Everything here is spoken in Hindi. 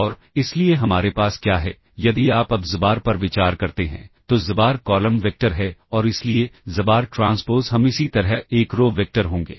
और इसलिए हमारे पास क्या है यदि आप अब xbar पर विचार करते हैं तो xbar कॉलम वेक्टर है और इसलिए xbar ट्रांसपोज़ हम इसी तरह एक रो वेक्टर होंगे